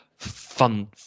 fun